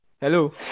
hello